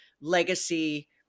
legacy